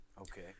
Okay